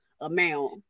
amount